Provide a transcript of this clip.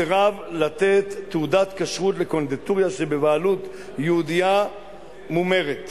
סירב לתת תעודת כשרות לקונדיטוריה שבבעלות יהודייה מומרת